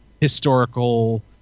historical